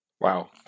Wow